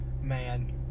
Man